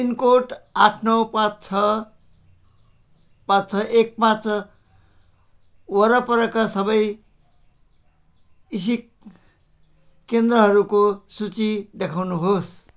pin code आठ नौ पाँच छ पाँच छ एक पाँच वरपरका सबै इएसआइसी केन्द्रहरूको सूची देखाउनुहोस्